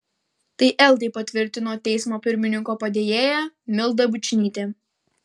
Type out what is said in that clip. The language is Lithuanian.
tai eltai patvirtino teismo pirmininko padėjėja milda bučnytė